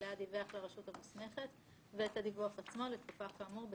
השאלה אם עניין איסור וגילוי התוכן של הדיווח מתייחס גם לבנק.